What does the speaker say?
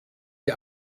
die